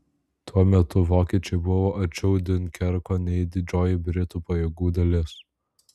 tuo metu vokiečiai buvo arčiau diunkerko nei didžioji britų pajėgų dalis